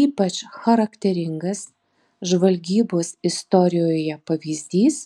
ypač charakteringas žvalgybos istorijoje pavyzdys